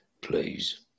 Please